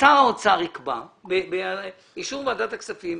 שר האוצר יקבע באישור ועדת הכספים.